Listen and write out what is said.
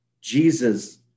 Jesus